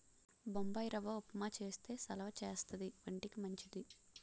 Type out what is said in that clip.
బొంబాయిరవ్వ ఉప్మా చేస్తే సలవా చేస్తది వంటికి మంచిది